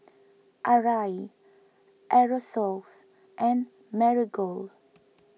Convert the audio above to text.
Arai Aerosoles and Marigold